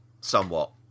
somewhat